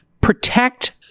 protect